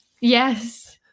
yes